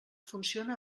funciona